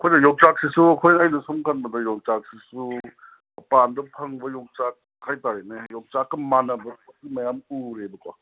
ꯑꯩꯈꯣꯏꯅ ꯌꯣꯡꯆꯥꯛꯁꯤꯁꯨ ꯑꯩꯅ ꯁꯨꯝ ꯈꯟꯕꯗ ꯌꯣꯡꯆꯥꯛꯁꯤꯁꯨ ꯎꯄꯥꯟꯕ ꯐꯪꯕ ꯌꯣꯡꯆꯥꯛ ꯍꯥꯏꯇꯔꯦꯅꯦ ꯌꯣꯡꯆꯥꯛꯀ ꯃꯥꯟꯅꯕ ꯄꯣꯠꯇꯤ ꯃꯌꯥꯝ ꯎꯔꯦꯕꯀꯣ